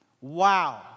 Wow